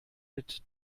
mit